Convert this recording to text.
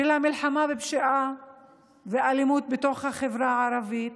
של המלחמה בפשיעה ואלימות בתוך החברה הערבית,